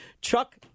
Chuck